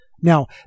Now